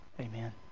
Amen